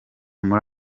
muri